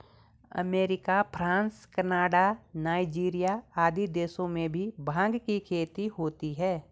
America, France, Canada, Nigeria आदि देशों में भी भाँग की खेती होती है